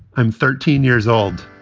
i'm thirteen years old.